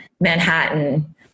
Manhattan